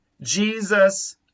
Jesus